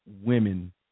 women